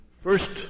first